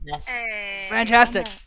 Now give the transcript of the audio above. Fantastic